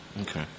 Okay